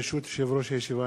ברשות יושב-ראש הישיבה,